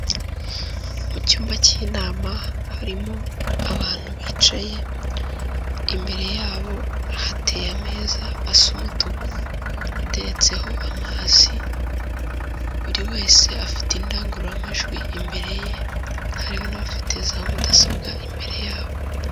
Mu cyumba cy'inama harimo abantu bicaye, imbere yabo hateye ameza asa umutuku ateretseho amazi, buri wese afite indangururamajwi imbere ye hariho n'abafite za mudasobwa imbere yabo.